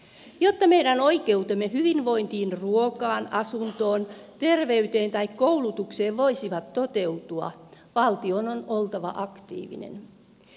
jotta meidän oikeutemme hyvinvointiin ruokaan asuntoon terveyteen tai koulutukseen voisivat toteutua valtion on oltava aktiivinen